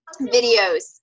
videos